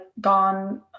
gone